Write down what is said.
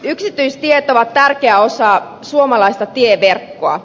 yksityistiet ovat tärkeä osa suomalaista tieverkkoa